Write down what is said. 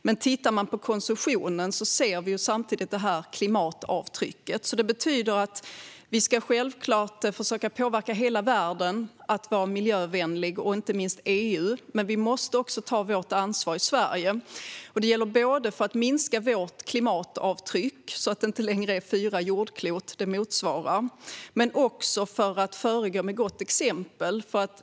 Men tittar man på konsumtionen ser man samtidigt det här klimatavtrycket. Det betyder att vi självklart ska försöka påverka hela världen att vara miljövänlig, och inte minst EU, men vi måste också ta vårt ansvar i Sverige. Det gäller både för att minska vårt klimatavtryck så att det inte längre motsvarar fyra jordklot och att föregå med gott exempel.